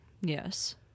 Yes